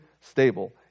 stable